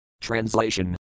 Translation